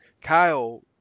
Kyle